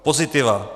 Pozitiva.